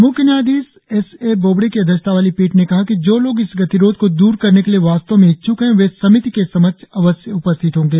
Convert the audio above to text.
म्ख्य न्यायाधीश S A Bobde की अध्यक्षता वाली पीठ ने कहा कि जो लोग इस गतिरोध को दूर करने के लिए वास्तव में इच्छ्क हैं वे समिति के समक्ष अवश्य उपस्थित होंगे